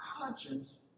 conscience